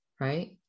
right